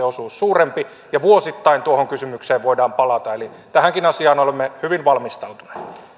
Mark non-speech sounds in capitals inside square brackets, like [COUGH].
[UNINTELLIGIBLE] osuus suurempi ja vuosittain tuohon kysymykseen voidaan palata eli tähänkin asiaan olemme hyvin valmistautuneet